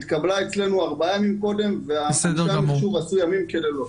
התקבלה אצלנו ארבעה ימים קודם ואנשי המחשוב עשו ימים כלילות.